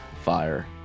fire